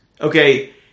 Okay